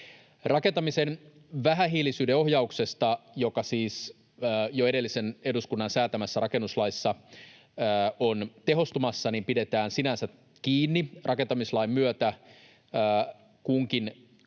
Rakentamisen vähähiilisyyden ohjauksesta, joka siis jo edellisen eduskunnan säätämässä rakennuslaissa on tehostumassa, pidetään sinänsä kiinni. Rakentamislain myötä kunkin